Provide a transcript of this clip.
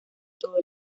todo